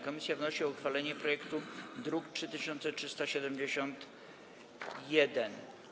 Komisja wnosi o uchwalenie projektu z druku nr 3371.